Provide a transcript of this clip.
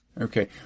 Okay